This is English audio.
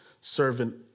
servant